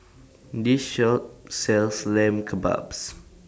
This Shop sells Lamb Kebabs